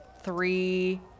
three